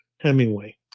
Hemingway